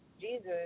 Jesus